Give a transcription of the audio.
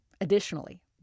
Additionally